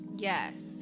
Yes